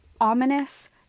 ominous